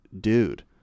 dude